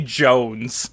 jones